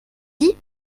dit